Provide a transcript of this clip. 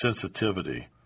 sensitivity